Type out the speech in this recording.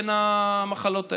היא בין המחלות האלה.